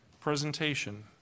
presentation